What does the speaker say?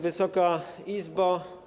Wysoka Izbo!